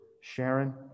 Sharon